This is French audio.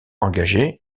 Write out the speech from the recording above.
engagés